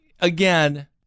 again